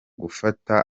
gufata